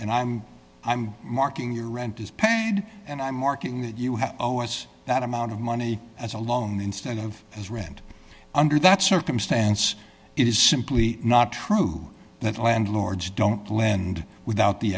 and i'm i'm marking your rent is paid and i'm marking that you have hours that amount of money as along instead of as rent under that circumstance it is simply not true that landlords don't lend without the